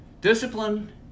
Discipline